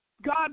God